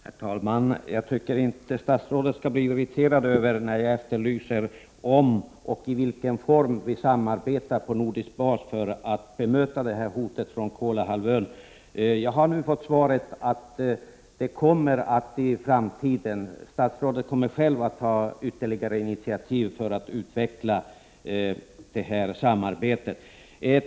Herr talman! Jag tycker inte statsrådet skall bli irriterad när jag efterlyser om och i vilken form vi samarbetar på nordisk bas för att bemöta detta hot från Kolahalvön. Jag har fått svaret att statsrådet själv kommer att ta ytterligare initiativ för att i framtiden utveckla detta samarbete.